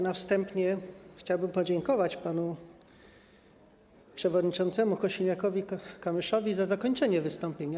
Na wstępie chciałbym podziękować panu przewodniczącemu Kosiniakowi-Kamyszowi za zakończenie wystąpienia.